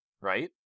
right